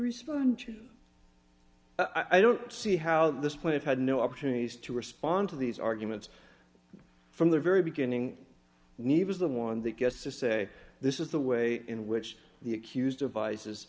respond to i don't see how this point had no opportunities to respond to these arguments from the very beginning was the one that gets to say this is the way in which the accused of vices